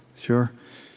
sure.